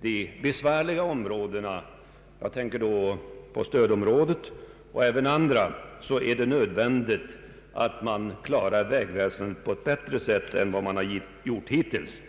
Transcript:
de besvärliga områdena — jag tänker såväl på stödområdet som på andra områden — är det nödvändigt att tillgodose vägväsendet på ett bättre sätt än hittills.